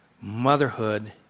motherhood